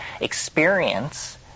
experience